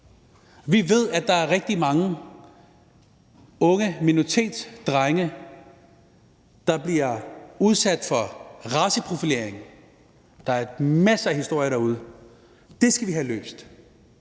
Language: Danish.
Vi ved, at der er rigtig mange unge minoritetsdrenge, der bliver udsat for raceprofilering, der er masser historier derude, og det skal vi have løst.